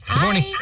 morning